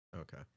okay